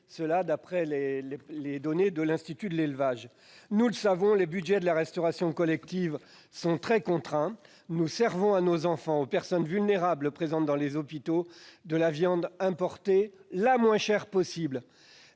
d'après les données de l'Institut de l'élevage. Nous le savons, les budgets de la restauration collective étant très contraints, nous servons à nos enfants et aux personnes vulnérables présentes dans les hôpitaux, de la viande importée, la moins chère possible,